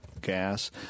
gas